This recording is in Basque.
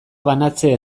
banatze